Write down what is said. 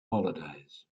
holidays